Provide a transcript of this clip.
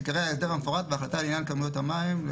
עיקרי ההסדר המפורט וההחלטה לעניין כמויות המים.